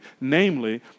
namely